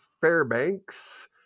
Fairbanks